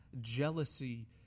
jealousy